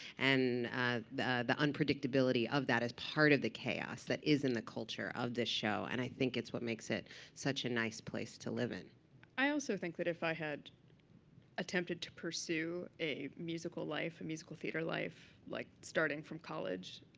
and the the unpredictability of that is part of the chaos that is in the culture of this show. and i think it's what makes it such a nice place to live in. brittain ashford i also think that if i had attempted to pursue a musical life, a musical theater life like starting from college,